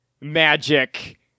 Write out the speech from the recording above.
magic